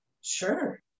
sure